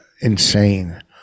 insane